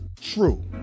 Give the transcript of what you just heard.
true